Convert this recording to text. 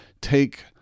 take